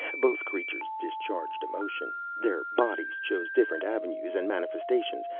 both creatures discharged emotion their bodies chose different avenues and manifestations.